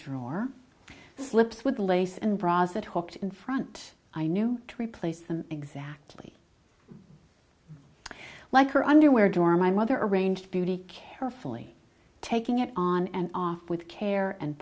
drawer slips with lace and bras that hocked in front i knew to replace them exactly like her underwear drawer my mother arranged beauty carefully taking it on and off with care and